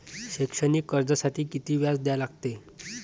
शैक्षणिक कर्जासाठी किती व्याज द्या लागते?